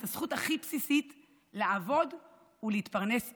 הזכות הכי בסיסית לעבוד ולהתפרנס בכבוד.